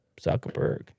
Zuckerberg